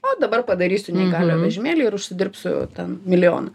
o dabar padarysiu neįgaliojo vežimėlį ir užsidirbsiu ten milijoną